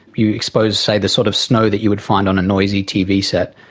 you expose, say, the sort of snow that you would find on a noisy tv set.